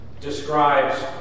describes